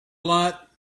lot